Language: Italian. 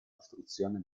costruzione